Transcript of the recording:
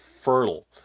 fertile